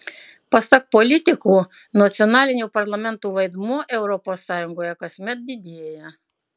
pasak politikų nacionalinių parlamentų vaidmuo europos sąjungoje kasmet didėja